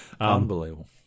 Unbelievable